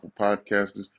podcasters